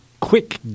quick